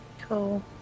Cool